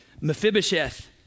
Mephibosheth